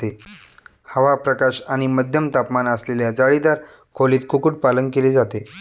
हवा, प्रकाश आणि मध्यम तापमान असलेल्या जाळीदार खोलीत कुक्कुटपालन केले जाते